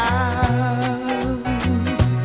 out